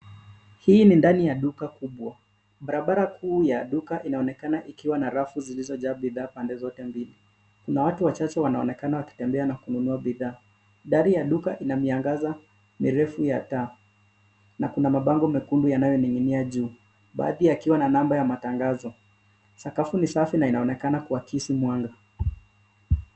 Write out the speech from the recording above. Hii ni ndani ya duka kubwa. Barabara kuu ya duka inaonekana ikiwa na rafu zilizojaa bidhaa pande zote mbili. Kuna watu wachache wanaonekana wakitembea na kununua bidhaa. Dari ya duka ina miangaza mirefu ya taa na kuna mabango mekundu yanayoning'inia juu baadhi yakiwa namba ya matangazo. Sakafu ni safi na inaonekana kuakisi mwanga.